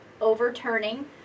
overturning